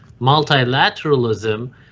multilateralism